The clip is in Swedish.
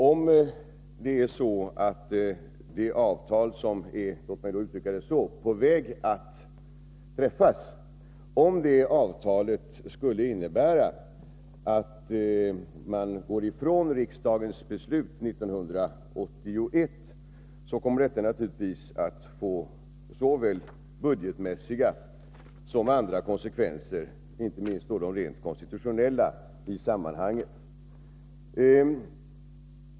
Om det avtal som — låt mig uttrycka det så — är på väg att träffas skulle innebära att man går ifrån riksdagens beslut 1981, kommer detta naturligtvis att få såväl budgetmässiga som andra konsekvenser, inte minst rent konstitutionella.